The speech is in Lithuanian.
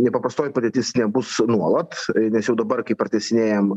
nepaprastoji padėtis nebus nuolat nes jau dabar kai pratęsinėjam